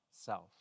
self